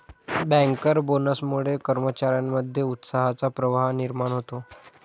banker बोनसमुळे कर्मचार्यांमध्ये उत्साहाचा प्रवाह निर्माण होतो